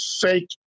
fake